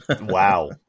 Wow